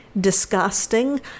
disgusting